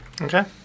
Okay